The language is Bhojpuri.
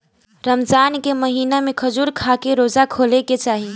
रमजान के महिना में खजूर के खाके रोज़ा खोले के चाही